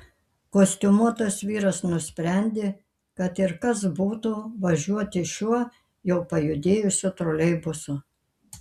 kostiumuotas vyras nusprendė kad ir kas būtų važiuoti šiuo jau pajudėjusiu troleibusu